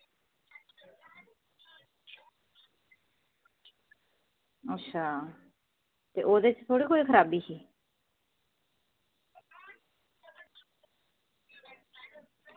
अच्छा ते ओह्दे च थोह्ड़े कोई खराबी ही